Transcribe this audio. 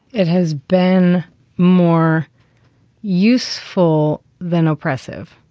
it has been more useful than oppressive.